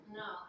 no